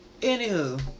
Anywho